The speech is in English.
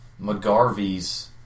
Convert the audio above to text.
McGarvey's